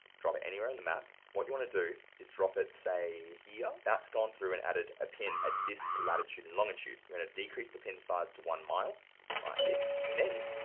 drop it anywhere in the map. what you wanna do, is drop it say, here. that's gone through and added a pin at this latitude and longitude. i'm gonna decrease the pin size to one mile, like this. and then,